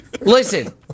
listen